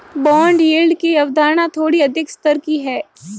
bond yield की अवधारणा थोड़ी अधिक स्तर की है